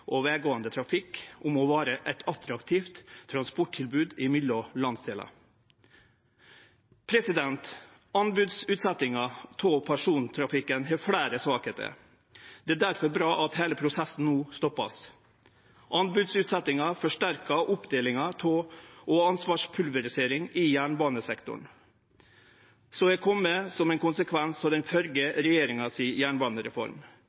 og veggåande trafikk om å vere eit attraktivt transporttilbod mellom landsdelar. Anbodsutsetjinga av persontrafikken har fleire svakheitar. Det er difor bra at heile prosessen no vert stoppa. Anbodsutsetjinga forsterkar oppdelinga av og ansvarspulveriseringa i jernbanesektoren, som er kome som ein konsekvens av jernbanereforma til den